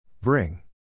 bring